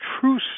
true